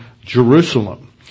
Jerusalem